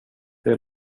det